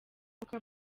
n’uko